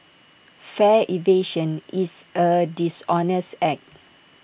fare evasion is A dishonest act